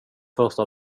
första